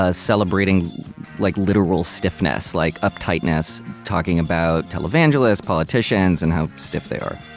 ah celebrating like, literal stiffness, like uptightness talking about televangelists, politicians, and how stiff they are.